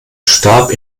starb